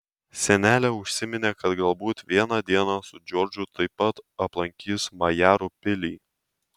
senelė užsiminė kad galbūt vieną dieną su džordžu taip pat aplankys majarų pilį